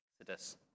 Exodus